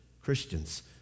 Christians